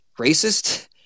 racist